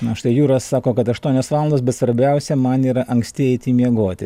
na štai jūras sako kad aštuonios valandos bet svarbiausia man yra anksti eiti miegoti